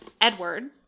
Edward